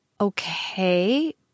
okay